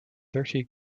thirty